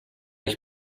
ich